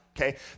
okay